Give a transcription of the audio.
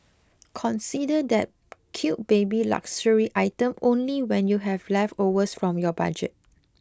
consider that cute baby luxury item only when you have leftovers from your budget